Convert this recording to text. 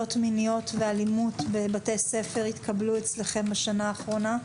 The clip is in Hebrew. הטרדות מיניות ואלימות בבתי ספר התקבלו אצלכם בשנה האחרונה?